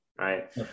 right